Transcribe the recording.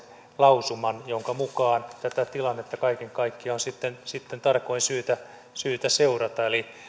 lausuman jonka mukaan tätä tilannetta kaiken kaikkiaan on sitten tarkoin syytä syytä seurata